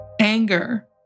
anger